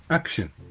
action